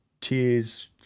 tears